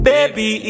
Baby